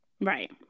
Right